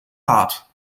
hart